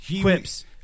quips